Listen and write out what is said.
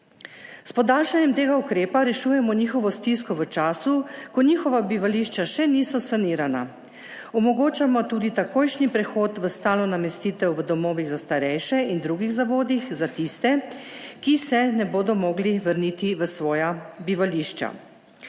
S podaljšanjem tega ukrepa rešujemo njihovo stisko v času, ko njihova bivališča še niso sanirana. Omogočamo tudi takojšnji prehod v stalno namestitev v domovih za starejše in drugih zavodih za tiste, ki se ne bodo mogli vrniti v svoja bivališča.